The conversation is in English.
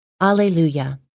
Alleluia